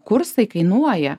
kursai kainuoja